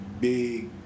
big